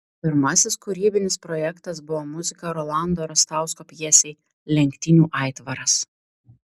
pirmasis kūrybinis projektas buvo muzika rolando rastausko pjesei lenktynių aitvaras